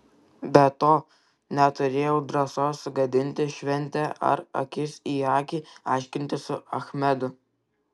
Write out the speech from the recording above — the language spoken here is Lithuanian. be to neturėjau drąsos sugadinti šventę ar akis į akį aiškintis su achmedu